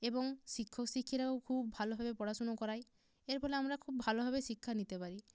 এবং শিক্ষক শিক্ষিরাও খুব ভালোভাবে পড়াশুনো করায় এর ফলে আমরা খুব ভালোভাবে শিক্ষা নিতে পারি